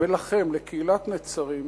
ולכם, לקהילת נצרים,